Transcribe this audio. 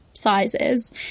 sizes